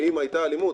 האם היתה אלימות?